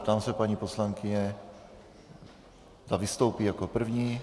Ptám se paní poslankyně, zda vystoupí jako první.